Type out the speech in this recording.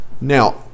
Now